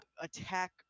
attack